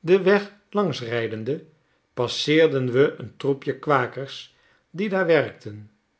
den weg langs rijdende passeerden we een troepje kwakers die daar werkten